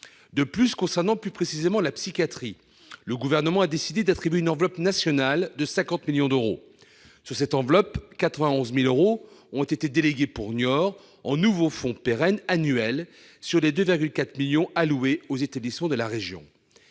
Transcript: ailleurs, concernant plus précisément la psychiatrie, le Gouvernement a décidé d'attribuer une enveloppe nationale de 50 millions d'euros. Ainsi, 91 000 euros ont été alloués à l'hôpital de Niort en nouveaux fonds pérennes annuels, sur les 2,4 millions d'euros destinés aux établissements de la région.